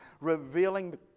revealing